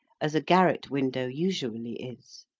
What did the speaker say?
as a garret-window usually is.